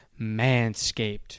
Manscaped